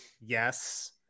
Yes